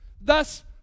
Thus